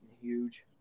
huge